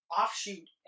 offshoot